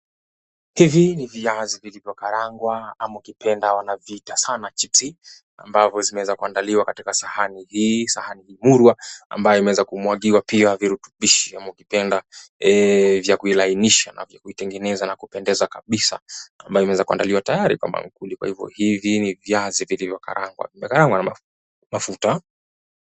Hivi ni viazi vilivyokarangwa ama ukipenda wanaviita sana chips ambavo zimeweza kuandaliwa katika sahani hii, sahani murwa ambayo imeweza kumwagiwa pia virutubishi ama ukipenda vya kuilanisha na kuitengeza na kupendeza kabisa ambayo imeweza kuandaliwa tayari kwa maankuli, kwaivyo hivi ni viazi vilivokarangwa vimekarangwa na mafuta.